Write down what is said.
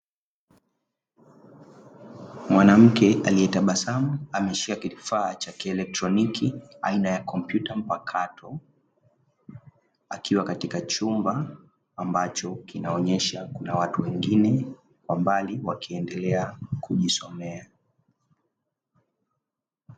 Mwanamke aliyetabasamu ameshika kifaa cha kielektroniki aina ya kompyuta mpakato, akiwa katika chumba ambacho kinaonyesha kuna watu wengine kwa mbali wakiendelea kujisomea.